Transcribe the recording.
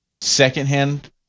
secondhand